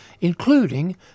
including